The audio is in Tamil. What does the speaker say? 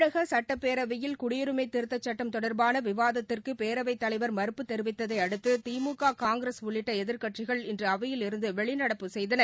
தமிழக சட்டப்பேரவையில் குடியுரிமை திருத்தச் சட்டம் தொடர்பான விவாத்திற்கு பேரவைத் தலைவர் மறுப்பு தெிவித்ததை அடுத்து திமுக காங்கிரஸ் உள்ளிட்ட எதிர்க்கட்சிகள் இன்று அவையிலிருந்து வெளிநடப்பு செய்தன